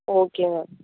okay ma'am